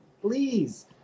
please